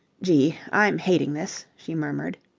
gee! i'm hating this! she murmured.